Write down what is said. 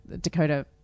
Dakota